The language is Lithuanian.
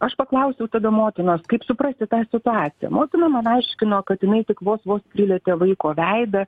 aš paklausiau tada motinos kaip suprasti tą situaciją motina man aiškino kad jinai tik vos vos prilietė vaiko veidą